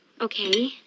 Okay